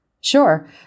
sure